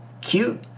Cute